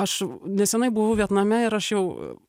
aš nesenai buvau vietname ir aš jau